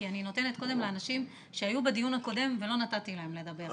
כי אני נותנת קודם לאנשים שהיו בדיון הקודם ולא נתתי להם לדבר.